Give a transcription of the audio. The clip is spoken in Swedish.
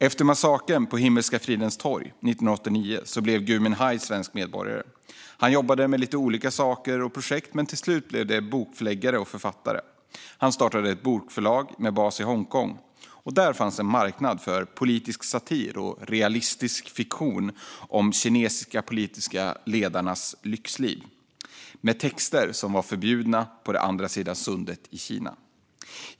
Efter massakern på Himmelska fridens torg 1989 blev Gui Minhai svensk medborgare. Han jobbade med lite olika saker och projekt men blev till slut bokförläggare och författare. Han startade ett bokförlag med bas i Hongkong. Där fanns en marknad för politisk satir och realistisk fiction om de kinesiska politiska ledarnas lyxliv, med texter som var förbjudna på andra sidan sundet i Kina.